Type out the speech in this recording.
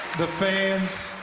the fans,